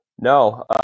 No